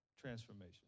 transformation